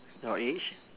your age